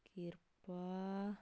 ਕਿਰਪਾ